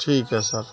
ٹھیک ہے سر